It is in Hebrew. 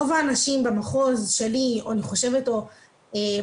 רוב האנשים במחוז שלי או אני חושבת בישראל,